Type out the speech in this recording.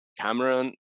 Cameron